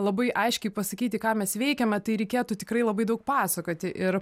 labai aiškiai pasakyti ką mes veikiame tai reikėtų tikrai labai daug pasakoti ir